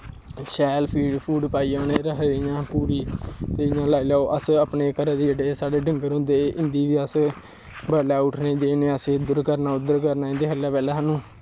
शैल feed food पाइयै उ'नें गी रखदे पूरी ते इ'यां लाई लाओ साढ़े घरै दे डंगर होंदे उं'दी बी अस बडलै उट्ठना इद्धर करना उद्धर करना इं'दे थल्लै पैह्लें सानू